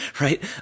right